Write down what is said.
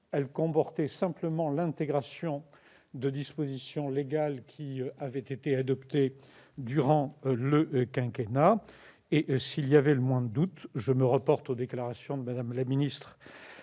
texte comporte simplement l'intégration de dispositions légales qui avaient été adoptées durant le quinquennat. Pour lever le moindre doute, je renvoie aux déclarations de Mme la ministre